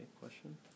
question